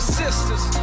sisters